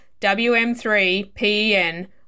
WM3PEN